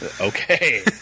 Okay